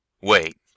wait